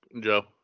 Joe